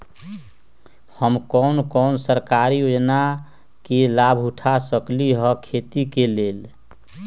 हम कोन कोन सरकारी योजना के लाभ उठा सकली ह खेती के लेल?